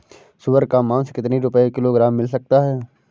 सुअर का मांस कितनी रुपय किलोग्राम मिल सकता है?